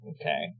Okay